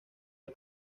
del